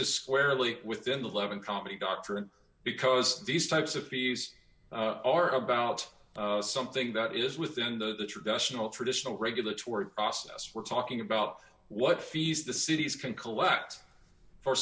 is squarely within the eleven company doctrine because these types of fees are about something that is within the traditional traditional regulatory process we're talking about what fees the cities can collect for